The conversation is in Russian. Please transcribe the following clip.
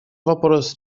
вопрос